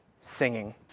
singing